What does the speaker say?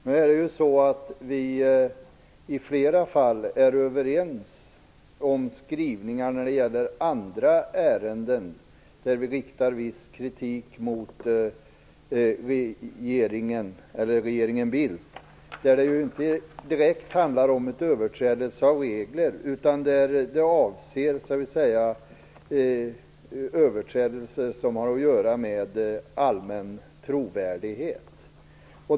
Vi är i flera fall överens om skrivningarna när det gäller andra ärenden där vi riktar viss kritik mot regeringen Bildt och där det inte direkt handlar om överträdelse av regler utan där det avser överträdelse som har att göra med allmän trovärdighet.